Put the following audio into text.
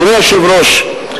אדוני היושב-ראש,